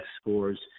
scores